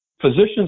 physicians